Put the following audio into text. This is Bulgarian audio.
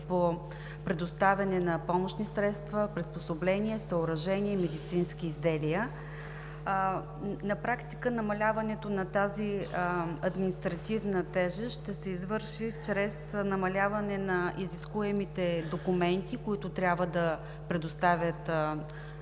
по предоставяне на помощни средства, приспособления, съоръжения и медицински изделия, на практика тази административна тежест ще се извърши чрез намаляване на изискуемите документи, които трябва да предоставят